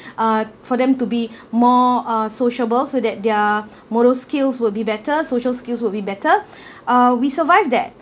uh for them to be more uh sociable so that their moral skills will be better social skills will be better uh we survived that